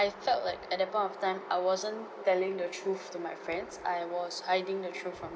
I felt like at that point of time I wasn't telling the truth to my friends I was hiding the truth from